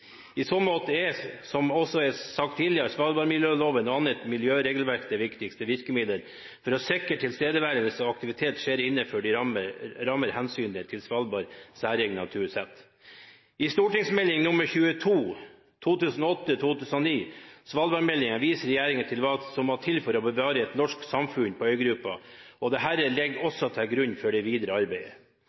I så måte er, som det også er sagt tidligere, svalbardmiljøloven og annet miljøregelverk det viktigste virkemidlet for å sikre at tilstedeværelse og aktivitet skjer innenfor de rammer hensynet til Svalbards særegne natur setter. I St.meld. nr. 22 for 2008–2009, svalbardmeldingen, viser regjeringen til hva som må til for å bevare et norsk samfunn på øygruppa, og dette ligger også til grunn for det videre arbeidet.